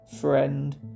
friend